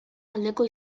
aldeko